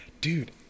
Dude